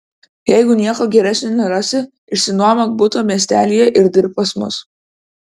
jeigu nieko geresnio nerasi išsinuomok butą miestelyje ir dirbk pas mus